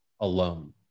alone